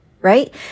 right